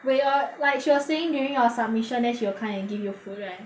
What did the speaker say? wait your like she was saying during your submission then she will come and give you food right